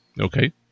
Okay